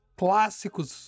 clássicos